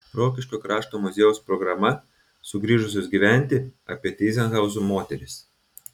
rokiškio krašto muziejaus programa sugrįžusios gyventi apie tyzenhauzų moteris